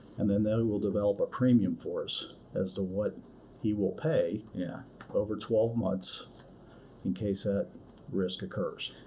and then they will develop a premium for us as to what he will pay over twelve months case that risk occurs.